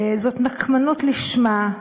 זאת נקמנות לשמה,